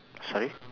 sorry